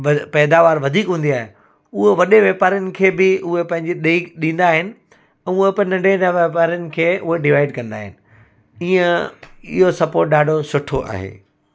पैदावार वधीक हूंदी आहे उहो वॾे वापारीयुनि खे बि उहे पंहिंजी ॾिए ॾींदा आहिनि ऐं उहा पर नंढे वापारीयुनि खे डिवाइड कंदा आहिनि ईअं इहो सपोट ॾाढो सुठो आहे